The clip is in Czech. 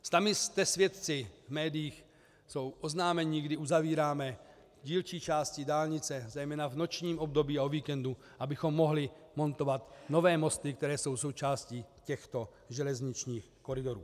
Sami jste svědky, v médiích jsou oznámení, kdy uzavíráme dílčí části dálnice zejména v nočním období a o víkendu, abychom mohli montovat nové mosty, které jsou součástí těchto železničních koridorů.